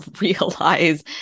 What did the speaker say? realize